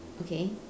okay